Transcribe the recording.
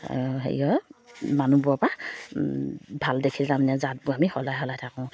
হেৰি হয় মানুহবোৰৰ পৰা ভাল দেখিলে তাৰমানে জাতবোৰ আমি সলাই সলাই থাকোঁ